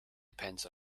depends